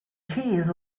cheese